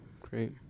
Great